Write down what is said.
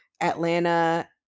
Atlanta